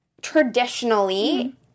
traditionally